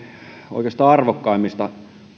arvokkaimmista